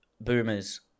boomers